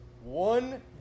one